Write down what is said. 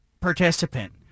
participant